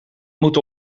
moet